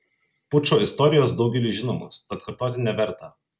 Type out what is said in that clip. pučo istorijos daugeliui žinomos tad kartoti neverta